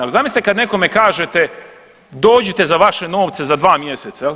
Jer zamislite kad nekome kažete dođite za vaše novce za dva mjeseca.